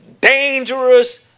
dangerous